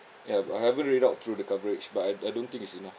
ya but I haven't read up through the coverage but I I don't think it's enough